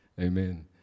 Amen